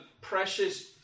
precious